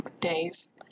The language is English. days